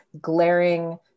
glaring